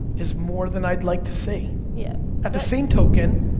is more than i'd like to say. yeah at the same token,